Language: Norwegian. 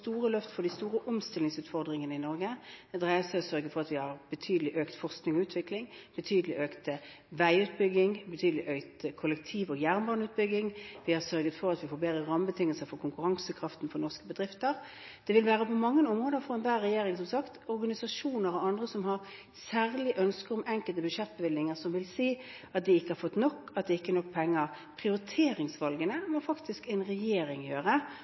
store løft for de store omstillingsutfordringene i Norge. Det dreier seg om å sørge for at vi har betydelig økt forskning og utvikling, betydelig økt veiutbygging, betydelig økt kollektiv- og jernbaneutbygging, og vi har sørget for at vi får bedre rammebetingelser når det gjelder konkurransekraften for norske bedrifter. Det vil dreie seg om mange områder for enhver regjering, som sagt. Organisasjoner og andre som har særlige ønsker om enkelte budsjettbevilgninger, vil si at de ikke har fått nok, at det ikke er nok penger. Prioriteringsvalgene må faktisk en regjering gjøre,